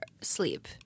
sleep